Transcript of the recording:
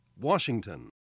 Washington